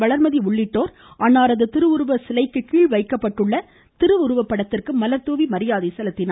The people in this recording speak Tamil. வள்மதி உள்ளிட்டோர் அன்னாரது திருவுருவ சிலைக்கு கீழ் வைக்கப்பட்டுள்ள திருவுருவப்படத்திற்கு மலர்தாவி மரியாதை செலுத்தின்